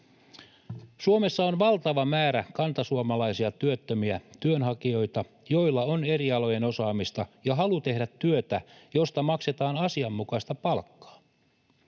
Suomessa on valtava määrä kantasuomalaisia työttömiä työnhakijoita, joilla on eri alojen osaamista ja halu tehdä työtä, josta maksetaan asianmukaista palkkaa.